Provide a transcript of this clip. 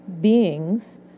beings